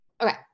Okay